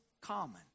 common